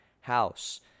house